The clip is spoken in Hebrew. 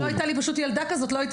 כי אם לא הייתה לי ילדה כזאת לא הייתי